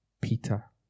Peter